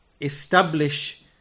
establish